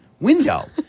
window